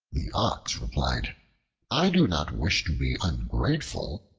the ox replied i do not wish to be ungrateful,